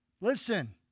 Listen